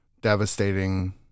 devastating